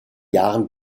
jahren